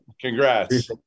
Congrats